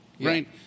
right